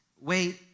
wait